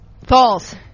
False